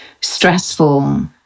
stressful